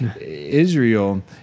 Israel